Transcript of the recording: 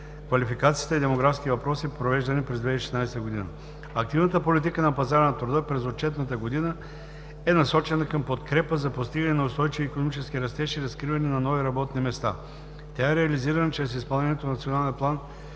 квалификацията и демографските въпроси, провеждани през 2016 г. Активната политика на пазара на труда през отчетната година е насочена към подкрепа за постигане на устойчив икономически растеж и разкриване на нови работни места. Тя е реализирана чрез изпълнението на Националния план